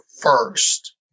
first